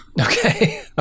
Okay